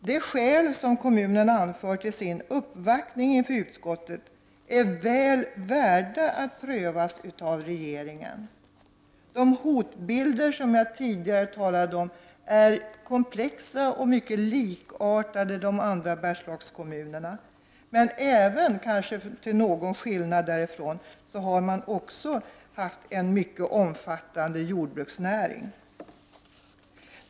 De skäl som kommunen anförde i sin uppvaktning inför utskottet är väl värda att prövas av regeringen. De hotbilder som jag tidigare talade om är komplexa och mycket likartade de som finns i andra Bergslagskommuner. En skillnad är att man också haft en mycket omfattande jordbruksnäring.